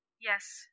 Yes